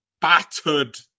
battered